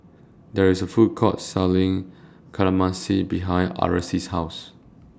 There IS A Food Court Selling Kamameshi behind Arlis' House